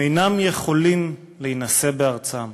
הם אינם יכולים להינשא בארצם,